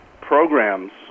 programs